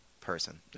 Person